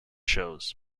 shows